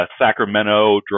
Sacramento